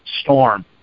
storm